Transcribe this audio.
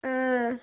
ಹಾಂ